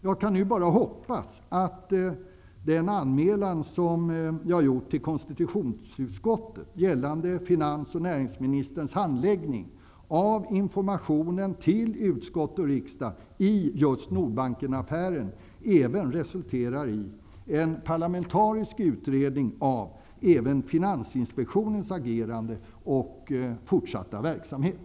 Jag kan nu bara hoppas att min anmälan till konstitutionsutskottet, gällande finans och näringsministrarnas handläggning av informationen till utskott och riksdag i just Nordbankenaffären, även resulterar i en parlamentarisk utredning av Finansinspektionens agerande och fortsatta verksamhet.